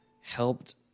helped